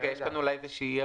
אולי יש כאן אי הבנה.